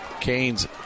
Canes